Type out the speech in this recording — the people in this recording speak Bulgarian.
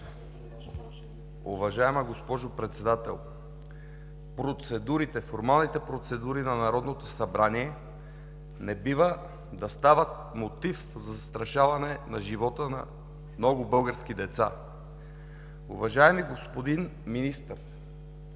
Уважаема госпожо Председател, формалните процедури на Народното събрание не бива да стават мотив за застрашаване на живота на много български деца. Уважаеми господин Министър,